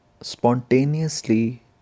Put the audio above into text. spontaneously